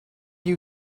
you